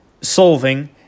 solving